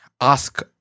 ask